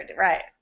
right